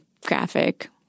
graphic